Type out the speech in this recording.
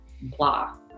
blah